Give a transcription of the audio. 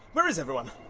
where is everyone?